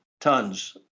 tons